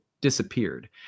disappeared